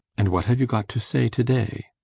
and what have you got to say to-day?